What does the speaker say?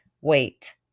Wait